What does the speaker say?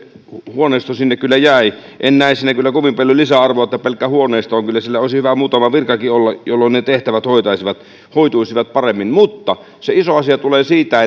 huoneisto sinne kyllä jäi en näe siinä kyllä kovin paljon lisäarvoa että pelkkä huoneisto on kyllä siellä olisi hyvä muutama virkakin olla jolloin ne tehtävät hoituisivat hoituisivat paremmin mutta se iso asia tulee siitä